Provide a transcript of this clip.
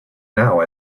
now